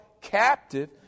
captive